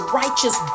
righteous